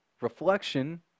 reflection